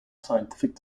scientific